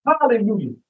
Hallelujah